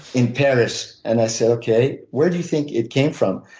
in paris. and i said okay, where do you think it came from?